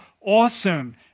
awesome